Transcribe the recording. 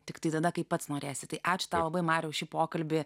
tiktai tada kai pats norėsi tai ačiū tau labai mario šį pokalbį